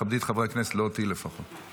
תכבדי את חברי הכנסת לא אותי, לפחות.